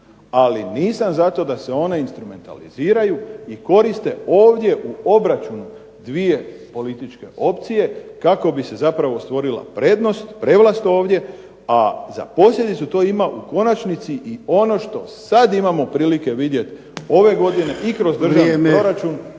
ali nisam za to da se one instrumentaliziraju i koriste ovdje u obračunu dvije političke opcije, kako bi se stvorila prevlast ovdje a za posljedicu to ima u konačnici i ono što sada imamo prilike vidjeti ove godine i kroz državni proračun,